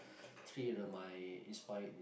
three of my inspired